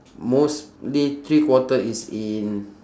mostly three quarter is in